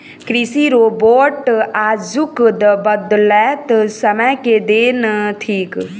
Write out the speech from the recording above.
कृषि रोबोट आजुक बदलैत समय के देन थीक